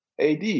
AD